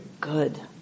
good